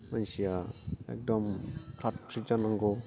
बैसोआ एकदम फ्रात फ्रित जानांगौ